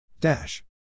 Dash